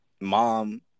mom